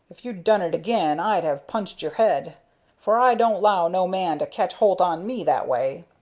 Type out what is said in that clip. you'd done it again i'd have punched your head for i don't low no man to catch holt on me that way.